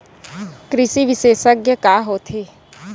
कृषि विशेषज्ञ का होथे?